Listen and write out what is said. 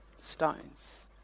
stones